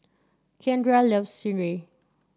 Keandre loves sireh